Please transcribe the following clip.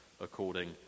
according